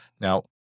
Now